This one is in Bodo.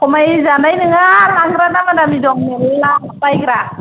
खमायजानाय नङा लांग्रा दामा दामि दं मेरला बायग्रा